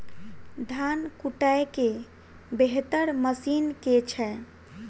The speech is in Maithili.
धान कुटय केँ बेहतर मशीन केँ छै?